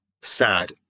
sad